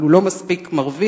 אבל לטעמו לא מספיק מרוויח.